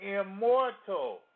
immortal